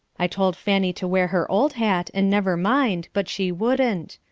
i told fanny to wear her old hat and never mind, but she wouldn't.